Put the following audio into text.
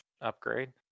Upgrade